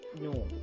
no